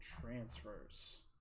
transfers